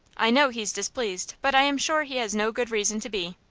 i know he's displeased, but i am sure he has no good reason to be.